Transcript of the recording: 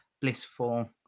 blissful